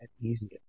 easier